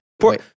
Poor